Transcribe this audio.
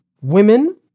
women